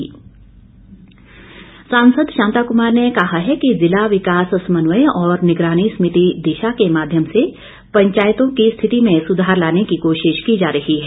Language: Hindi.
शांता कुमार सांसद शांता कुमार ने कहा है कि ज़िला विकास समन्वय और निगरानी समिति दिशा के माध्यम से पंचायतों की स्थिति में सुधार लाने की कोशिश की जा रही है